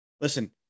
listen